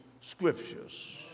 scriptures